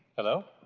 hello,